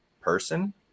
person